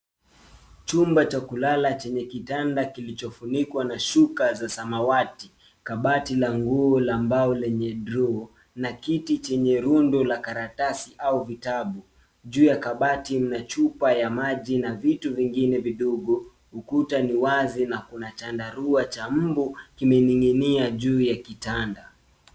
Chumba cha kulala chenye kitanda kilichofunikwa na shuka za samawati. Kabati la nguo la mbao lenye drawer na kiti chenye rundo la karatasi au vitabu. Juu ya kabati mna chupa ya maji na vitu vingine vidogo. Ukuta ni wazi na kuna chandarua cha mbu kimening'inia juu ya kitanda.